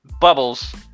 Bubbles